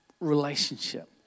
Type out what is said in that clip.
relationship